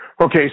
Okay